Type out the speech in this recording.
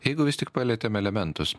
jeigu vis tik palietėm elementus